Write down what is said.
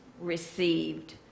received